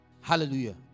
Hallelujah